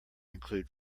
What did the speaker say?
include